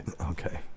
Okay